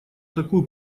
такую